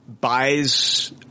buys